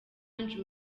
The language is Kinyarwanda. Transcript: angel